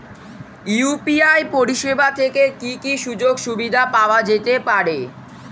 UPI পরিষেবা থেকে কি কি সুযোগ সুবিধা পাওয়া যেতে পারে?